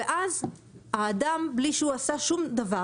ואז האדם בלי שהוא עשה שום דבר,